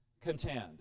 contend